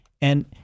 and-